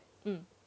mm